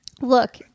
Look